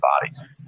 bodies